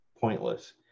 pointless